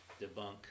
debunk